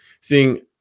seeing